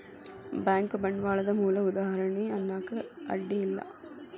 bank ಬಂಡ್ವಾಳದ್ ಮೂಲ ಉದಾಹಾರಣಿ ಅನ್ನಾಕ ಅಡ್ಡಿ ಇಲ್ಲಾ